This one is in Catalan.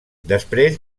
després